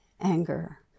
anger